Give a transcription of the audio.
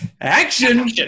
Action